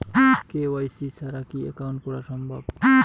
KYC ছাড়া কি account করা সম্ভব?